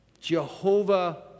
Jehovah